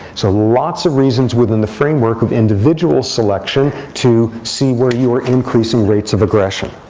so lots of reasons within the framework of individual selection to see where you are increasing rates of aggression.